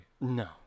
No